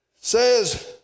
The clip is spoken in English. says